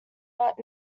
not